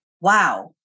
wow